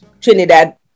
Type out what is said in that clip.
Trinidad